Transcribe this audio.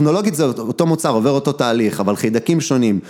טכנולוגית זה אותו מוצר עובר אותו תהליך אבל חידקים שונים